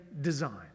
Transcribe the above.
design